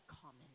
common